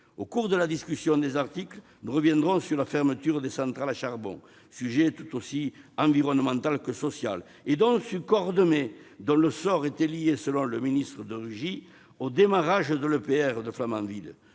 Dans la discussion des articles, nous reviendrons sur la fermeture des centrales à charbon, sujet environnemental autant que social, et donc sur Cordemais, dont le sort était lié, selon le ministre de Rugy, au démarrage de l'EPR de Flamanville-